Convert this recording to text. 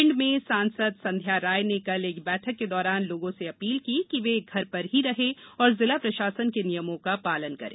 भिंड में सांसद संध्या राय ने कल एक बैठक के दौरान लोगों से अपील की कि वे घर में ही रहे और जिला प्रशासन के नियमों का पालन करें